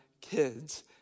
kids